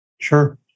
Sure